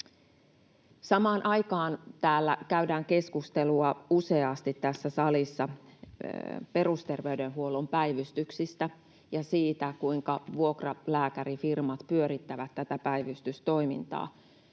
salissa käydään keskustelua useasti perusterveydenhuollon päivystyksistä ja siitä, kuinka vuokralääkärifirmat pyörittävät tätä päivystystoimintaa.